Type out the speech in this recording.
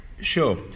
Sure